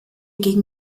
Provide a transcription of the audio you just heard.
gegen